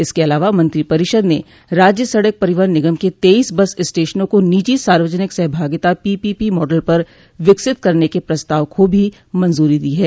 इसके अलावा मंत्रिपरिषद ने राज्य सड़क परिवहन निगम के तेइस बस स्टेशनों को निजी सार्वजनिक सहभागिता पीपीपी मॉडल पर विकसित करने के प्रस्ताव को भी मंजूरी दे दी है